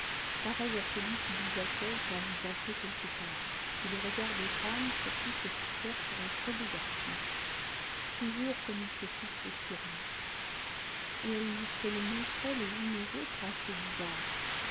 pareil à celui qui vous accueille quand vous entrez quelque part puis les regards des femmes surtout se fixèrent sur un très-beau garçon toujours comme ils se fixent sur vous et elles se le montraient les unes aux autres en se disant